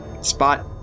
spot